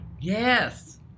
Yes